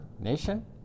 nation